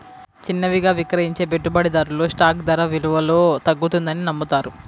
చిన్నవిగా విక్రయించే పెట్టుబడిదారులు స్టాక్ ధర విలువలో తగ్గుతుందని నమ్ముతారు